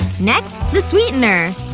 next, the sweetener!